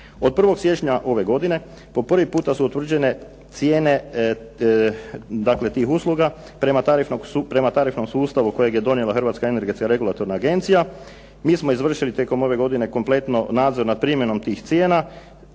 Od 1. siječnja ove godine po prvi puta su utvrđene cijene tih usluga prema tarifnom sustavu kojeg je donijela Hrvatska energetska regulatorna agencija. Mi smo izvršili tijekom ove godine kompletno nadzor nad primjenom tih cijena